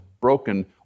broken